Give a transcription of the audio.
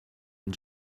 and